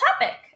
topic